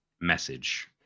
Message